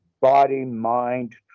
body-mind